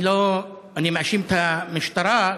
אני מאשים את המשטרה,